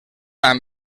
amb